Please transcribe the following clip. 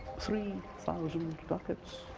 three thousand ducats.